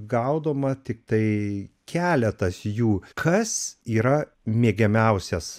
gaudoma tiktai keletas jų kas yra mėgiamiausias